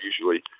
usually